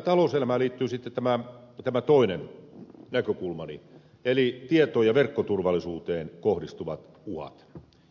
sitten talouselämään liittyy tämä toinen näkökulmani eli tieto ja verkkoturvallisuuteen kohdistuvat uhat